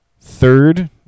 Third